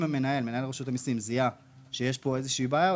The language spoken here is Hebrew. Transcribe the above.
אם מנהל רשות המיסים זיהה שיש כאן איזושהי בעיה,